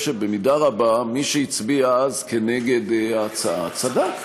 שבמידה רבה מי שהצביע אז נגד ההצעה צדק.